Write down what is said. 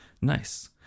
Nice